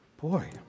boy